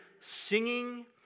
singing